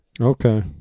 Okay